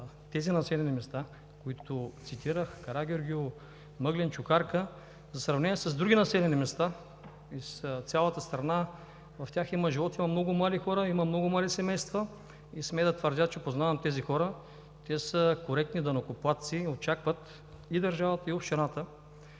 тези населени места, които цитирах – Карагеоргиево, Мъглен, Чукарка, в сравнение с други населени места из цялата страна, в тях има живот, има много млади хора, има много млади семейства и смея да твърдя, че познавам тези хора. Те са коректни данъкоплатци и очакват и държавата, и общината